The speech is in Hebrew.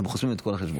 והם עיקלו את כל החשבון.